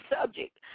subject